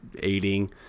aiding